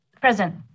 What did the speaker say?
Present